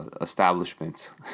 establishments